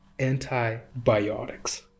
antibiotics